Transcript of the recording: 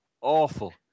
awful